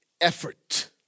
effort